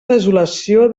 desolació